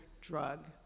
drug